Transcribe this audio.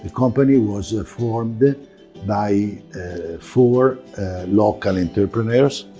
company was a formed by four local entrepreneurs.